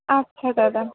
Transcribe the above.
আচ্ছা দাদা